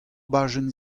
bajenn